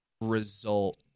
result